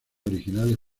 originales